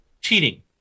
cheating